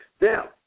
Now